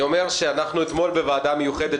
אני אומר שאנחנו בוועדה המיוחדת,